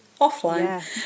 offline